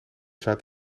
zuid